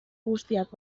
guztiak